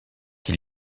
qui